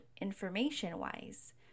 information-wise